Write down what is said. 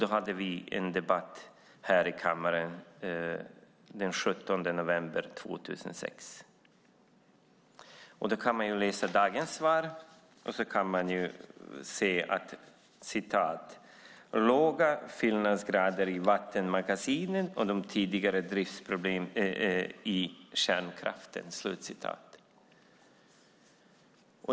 Vi hade en debatt i kammaren om detta den 17 november 2006. I dagens svar talas det om "den låga fyllnadsgraden i vattenkraftsmagasinen och de tidigare driftproblem i kärnkraften".